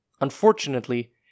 Unfortunately